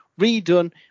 redone